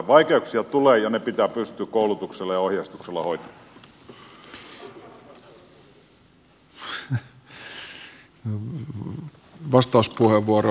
vaikeuksia tulee ja ne pitää pystyä koulutuksella ja ohjeistuksella hoitamaan